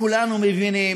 כולנו מבינים